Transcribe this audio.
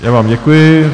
Já vám děkuji.